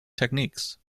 techniques